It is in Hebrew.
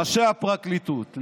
ראשי הפרקליטות.